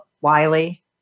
Wiley